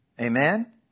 Amen